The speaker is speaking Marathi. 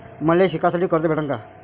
मले शिकासाठी कर्ज भेटन का?